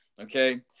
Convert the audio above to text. Okay